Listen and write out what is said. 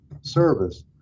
service